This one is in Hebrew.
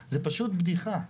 זה פשוט בדיחה.